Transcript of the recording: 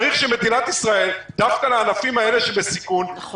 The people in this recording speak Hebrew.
צריך שמדינת ישראל דווקא לענפים האלה שבסיכון -- נכון.